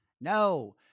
No